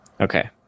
Okay